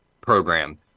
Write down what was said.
program